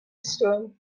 stone